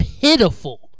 pitiful